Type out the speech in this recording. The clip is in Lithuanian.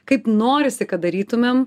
kaip norisi kad darytumėm